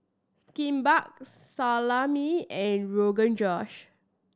Kimbap Salami and Rogan Josh